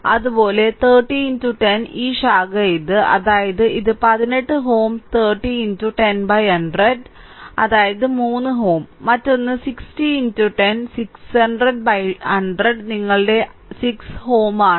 അതുപോലെ 30 10 ഈ ശാഖ ഇത് അതായത് ഇത് 18 Ω 30 10100 അതായത് 3Ω മറ്റൊന്ന് 60 10 600100 നിങ്ങളുടെ 6Ω ആണ്